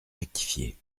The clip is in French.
rectifié